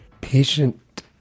patient